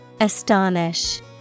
Astonish